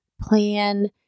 plan